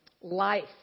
life